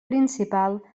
principal